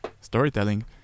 storytelling